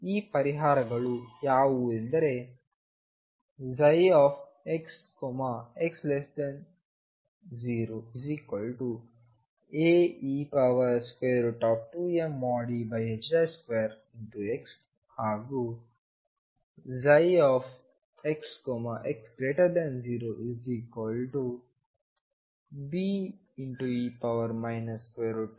ಈ ಪರಿಹಾರಗಳು ಯಾವುವೆಂದರೆ xx0Ae2mE2x ಹಾಗೂxx0Be 2mE2x